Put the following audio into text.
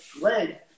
leg